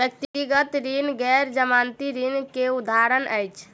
व्यक्तिगत ऋण गैर जमानती ऋण के उदाहरण अछि